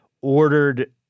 ordered